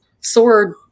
sword